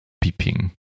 peeping